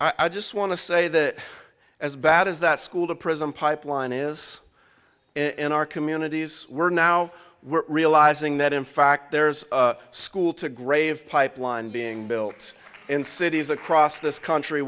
so i just want to say that as bad as that school to prison pipeline is in our communities we're now we're realizing that in fact there's school to grave pipeline being built in cities across this country